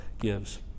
gives